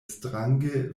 strange